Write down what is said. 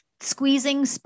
squeezing